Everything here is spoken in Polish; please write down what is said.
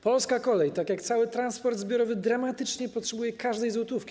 Polska kolej, tak jak cały transport zbiorowy, dramatycznie potrzebuje każdej złotówki.